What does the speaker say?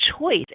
choice